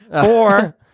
Four